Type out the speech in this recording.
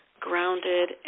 grounded